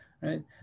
right